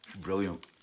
brilliant